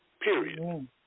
period